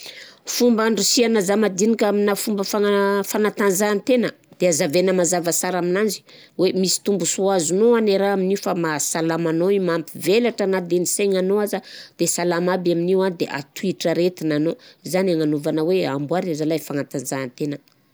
Fomba andrisiahagna zamadiniky amina fomba fagna- fagnantanjahantena de azavaina mazava sara aminanzy hoe misy tombonsoa azonao ane raha io fa mahasalama anaô io, mampivelatra na de ny saignanao aza de salama aby amin'io an de ahatohitra aretina anao, zany agnanaovanà hoe amboary zalahy i fagnantanjahantegna.